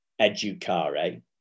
educare